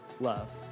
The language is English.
love